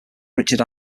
richard